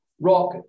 Rock